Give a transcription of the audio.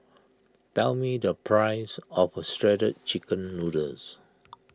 tell me the price of Shredded Chicken Noodles